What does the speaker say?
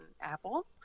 Apple